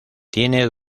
tienen